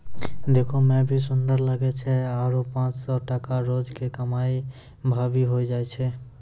देखै मॅ भी सुन्दर लागै छै आरो पांच सौ टका रोज के कमाई भा भी होय जाय छै